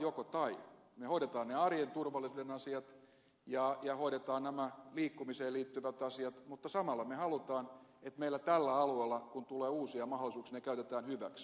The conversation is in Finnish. me hoidamme ne arjen turvallisuuden asiat ja hoidamme nämä liikkumiseen liittyvät asiat mutta samalla me haluamme että meillä tällä alueella kun tulee uusia mahdollisuuksia ne käytetään hyväksi